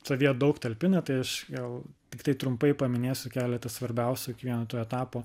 savyje daug talpina tai aš gal tiktai trumpai paminėsiu keletą svarbiausių kiekvieno tų etapų